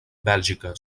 bèlgica